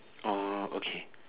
orh okay